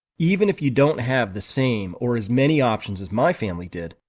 even if you don't have the same or as many options as my family did,